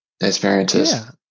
experiences